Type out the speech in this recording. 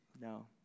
no